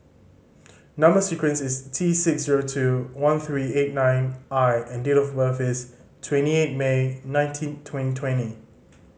number sequence is T six zero two one three eight nine I and date of birth is twenty eight May nineteen twenty twenty